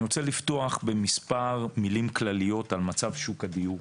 אני רוצה לפתוח במספר מילים כלליות על מצב שוק הדיור,